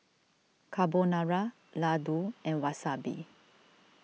Carbonara Ladoo and Wasabi